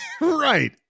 Right